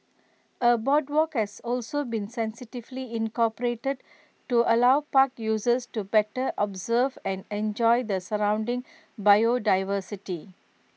A boardwalk has also been sensitively incorporated to allow park users to better observe and enjoy the surrounding biodiversity